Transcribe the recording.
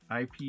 IP